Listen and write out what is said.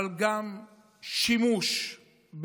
אבל היא גם שימוש בערכים